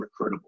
recruitable